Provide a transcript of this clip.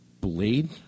Blade